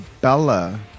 Bella